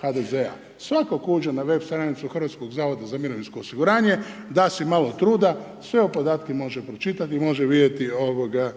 HDZ-a, svatko tko uđe na web stranicu Hrvatskog zavoda za mirovinsko osiguranje, da si malo truda, sve ove podatke može pročitati i može vidjeti, ovoga,